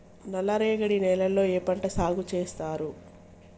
నల్లరేగడి నేలల్లో ఏ పంట సాగు చేస్తారు?